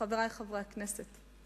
חברי חברי הכנסת,